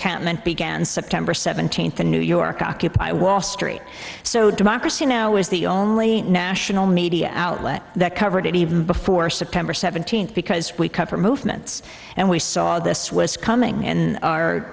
encampment began september seventeenth the new york occupy wall street so democracy now is the only national media outlet that covered it even before september seventeenth because we cover movements and we saw this was coming and our